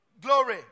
glory